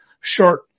short